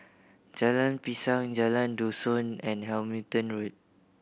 Jalan Pisang Jalan Dusun and Hamilton Road